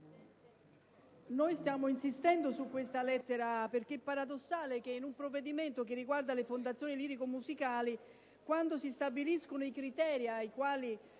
Stiamo insistendo sulla lettera *a)* perché è paradossale che, in un provvedimento che riguarda le fondazioni lirico-musicali, quando si stabiliscono i criteri ai quali